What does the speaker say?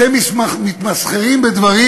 אתם מתמסחרים בדברים